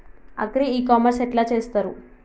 Agri e commerce ఎట్ల చేస్తరు?